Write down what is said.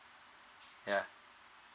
yeah